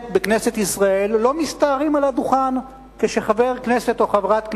בכנסת ישראל לא מסתערים על הדוכן כשחבר כנסת או חברת כנסת,